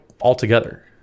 altogether